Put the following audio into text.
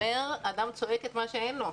אומר: אדם צועק אין מה שאין לו,